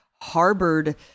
harbored